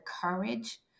courage